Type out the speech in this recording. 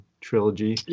trilogy